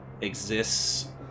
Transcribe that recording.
exists